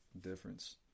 difference